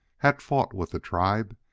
had fought with the tribe,